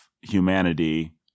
humanity